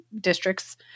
districts